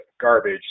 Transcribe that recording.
garbage